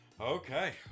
Okay